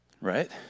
right